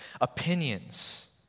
opinions